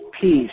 peace